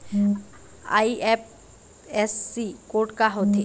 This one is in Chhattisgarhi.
आई.एफ.एस.सी कोड का होथे?